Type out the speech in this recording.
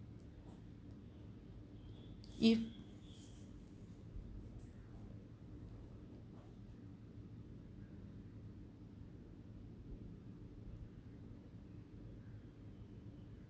if